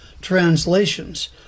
translations